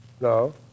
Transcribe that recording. No